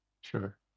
sure